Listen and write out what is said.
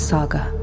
Saga